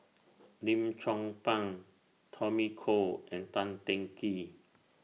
Lim Chong Pang Tommy Koh and Tan Teng Kee